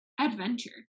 adventure